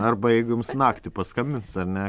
arba jeigu jums naktį paskambins ar ne